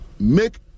Make